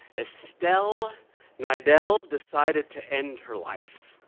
estelle nidell decided to end her life.